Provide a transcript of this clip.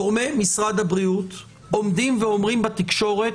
גורמי משרד הבריאות עומדים ואומרים בתקשורת,